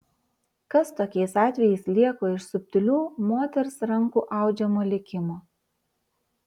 kas tokiais atvejais lieka iš subtilių moters rankų audžiamo likimo